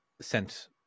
sent